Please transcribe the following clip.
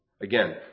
Again